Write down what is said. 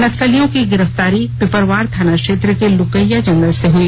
नक्सलियों की गिरफ्तारी पिपरवार थाना क्षेत्र को लुकैया जंगल से हुई